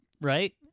right